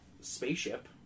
spaceship